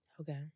Okay